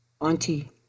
auntie